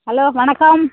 hello வணக்கம்